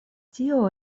tio